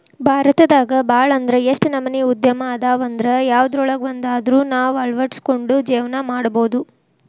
ಭಾರತದಾಗ ಭಾಳ್ ಅಂದ್ರ ಯೆಷ್ಟ್ ನಮನಿ ಉದ್ಯಮ ಅದಾವಂದ್ರ ಯವ್ದ್ರೊಳಗ್ವಂದಾದ್ರು ನಾವ್ ಅಳ್ವಡ್ಸ್ಕೊಂಡು ಜೇವ್ನಾ ಮಾಡ್ಬೊದು